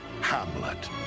Hamlet